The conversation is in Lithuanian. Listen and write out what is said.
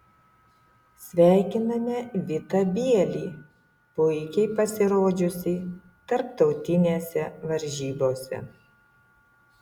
sveikiname vitą bielį puikiai pasirodžiusį tarptautinėse varžybose